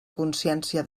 consciència